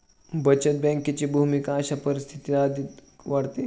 बचत बँकेची भूमिका अशा परिस्थितीत अधिकच वाढते